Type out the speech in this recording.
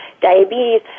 diabetes